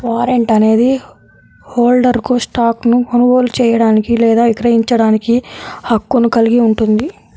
warrant అనేది హోల్డర్కు స్టాక్ను కొనుగోలు చేయడానికి లేదా విక్రయించడానికి హక్కును కలిగి ఉంటుంది